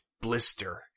Blister